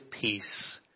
peace